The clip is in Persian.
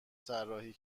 طراحی